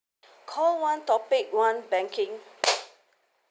call one topic one banking